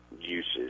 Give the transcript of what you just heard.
uses